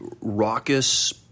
raucous